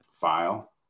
file